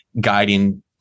guiding